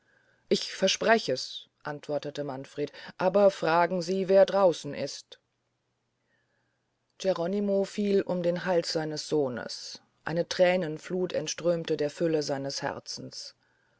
ich versprech es antwortete manfred aber fragen sie wer draußen ist geronimo fiel um den hals seines sohnes eine thränenflut entströmte der fülle seines herzens